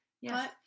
Yes